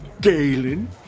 Galen